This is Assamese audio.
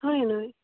হয় নহয়